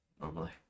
normally